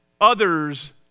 others